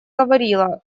говорила